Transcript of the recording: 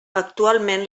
actualment